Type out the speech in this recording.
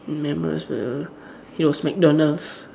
memorable it was McDonald's